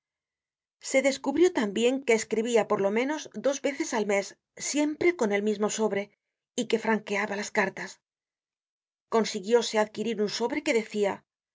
se descubrió tambien que escribia por lo menos dos veces al mes siempre con el mismo sobre y que franqueaba las cartas consiguióse adquirir un sobre que decia